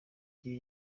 gihe